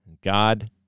God